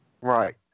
Right